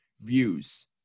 views